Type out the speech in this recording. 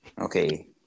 Okay